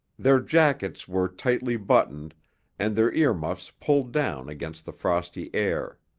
their jackets were tightly buttoned and their earmuffs pulled down against the frosty air.